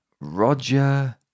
Roger